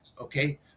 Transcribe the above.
okay